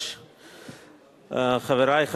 הרווחה והבריאות נתקבלה.